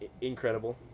Incredible